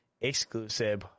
exclusive